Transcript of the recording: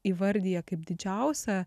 įvardija kaip didžiausią